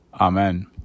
Amen